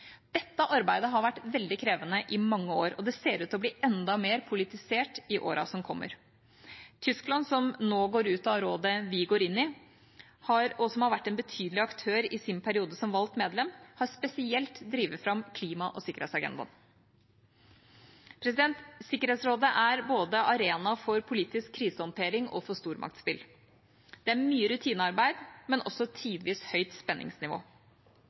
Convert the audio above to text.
Dette arbeidet har vært veldig krevende i flere år og ser ut til å bli enda mer politisert i året som kommer. Tyskland, som går ut av rådet når vi trer inn, og som har vært en betydelig aktør i sin periode som valgt medlem, har spesielt drevet fram klima- og sikkerhetsagendaen. Sikkerhetsrådet er både arena for politisk krisehåndtering og for stormaktsspill. Det er mye rutinearbeid, men også tidvis høyt spenningsnivå.